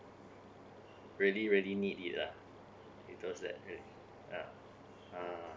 really really need it lah you that really uh uh